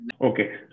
Okay